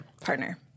partner